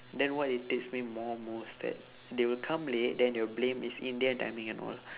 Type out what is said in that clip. then what irritates me more most that they will come late then they will blame is indian timing and all